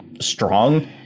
strong